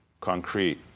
concrete